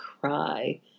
cry